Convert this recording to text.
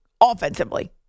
Offensively